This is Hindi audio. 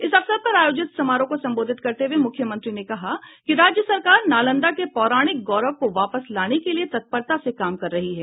इस अवसर पर आयोजित समारोह को संबोधित करते हुए मुख्यमंत्री ने कहा कि राज्य सरकार नालंदा के पौराणिक गौरव को वापस लाने के लिए तत्परता से काम कर रही है